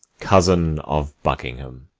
cousin of buckingham